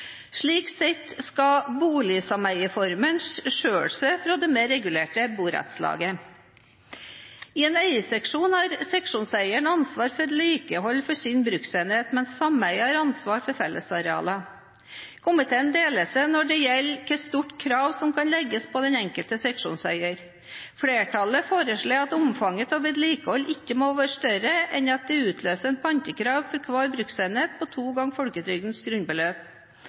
Slik sett skal boligsameieformen skille seg fra det mer regulerte borettslaget. I en eierseksjon har seksjonseieren ansvar for vedlikehold av sin bruksenhet, mens sameiet har ansvar for fellesarealene. Komiteen deler seg når det gjelder hvor stort krav som kan legges på den enkelte seksjonseier. Flertallet foreslår at omfanget av vedlikeholdet ikke må være større enn at det utløser et pantekrav for hver bruksenhet på to ganger folketrygdens grunnbeløp.